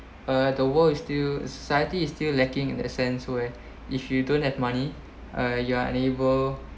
uh the world is still society is still lacking in that sense where if you don't have money uh you are unable